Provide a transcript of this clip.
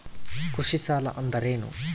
ಕೃಷಿ ಸಾಲ ಅಂದರೇನು?